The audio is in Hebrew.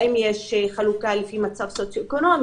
האם יש חלוקה לפי מצב סוציו-אקונומי?